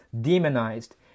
demonized